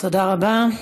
תודה רבה.